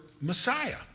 Messiah